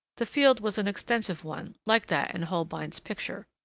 the field was an extensive one, like that in holbein's picture.